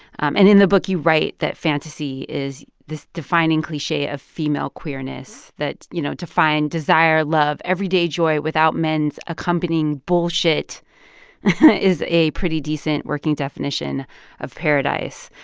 and in the book, you write that fantasy is this defining cliche of female queerness that, you know, to find desire, love, everyday joy without men's accompanying bulls is a pretty decent working definition of paradise.